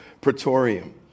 Praetorium